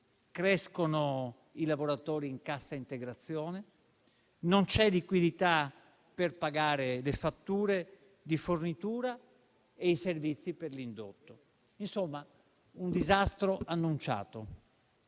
Crescono i lavoratori in cassa integrazione, non c'è liquidità per pagare le fatture di fornitura e i servizi per l'indotto. Insomma, un disastro annunciato